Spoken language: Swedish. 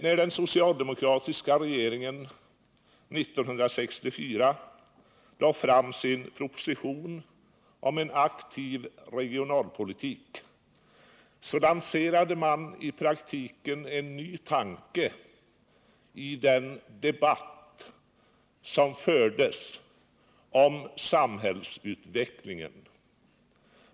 När den socialdemokratiska regeringen 1964 lade fram sin proposition om en aktiv regionalpolitik, lanserade man i praktiken en ny tanke i den debatt som fördes om samhällsutvecklingen.